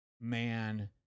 man